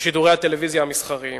בשידורי הטלוויזיה המסחריים.